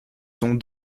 sont